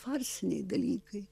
farsiniai dalykai